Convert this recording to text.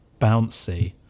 Bouncy